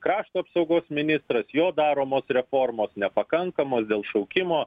krašto apsaugos ministras jo daromos reformos nepakankamos dėl šaukimo